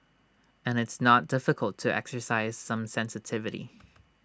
and it's not difficult to exercise some sensitivity